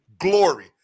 glory